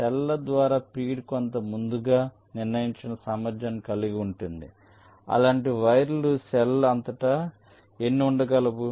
cell ల ద్వారా feed కొంత ముందుగా నిర్ణయించిన సామర్థ్యాన్ని కలిగి ఉంటుంది అలాంటి వైర్లు సెల్ ల అంతటా ఎన్ని ఉండగలవు